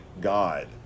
god